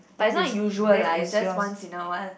but it's not usual lah it's just once in a while